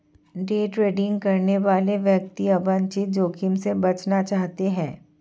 day trading करने वाले व्यक्ति अवांछित जोखिम से बचना चाहते हैं